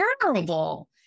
terrible